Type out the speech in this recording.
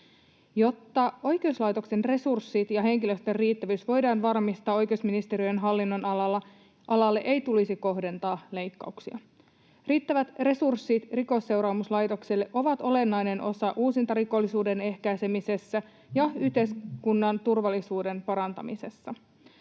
Jotta oikeuslaitoksen resurssit ja henkilöstön riittävyys voidaan varmistaa oikeusministeriön hallinnonalalla, alalle ei tulisi kohdentaa leikkauksia. Riittävät resurssit Rikosseuraamuslaitokselle ovat olennainen osa uusintarikollisuuden ehkäisemisessä ja yhteiskunnan turvallisuuden parantamisessa.